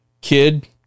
Kid